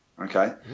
Okay